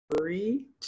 Three